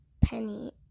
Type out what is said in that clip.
penny